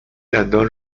دندان